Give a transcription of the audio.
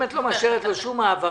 אם את לא מאשרת לו שום העברה,